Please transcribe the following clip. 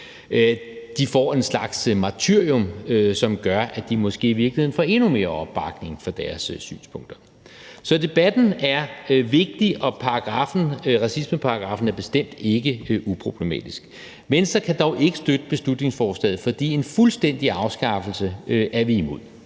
De får en slags martyrium, som gør, at de måske i virkeligheden får endnu mere opbakning til deres synspunkter. Så debatten er vigtig, og racismeparagraffen er bestemt ikke uproblematisk. Venstre kan dog ikke støtte beslutningsforslaget, fordi vi er imod en fuldstændig afskaffelse. Vi